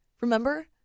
Remember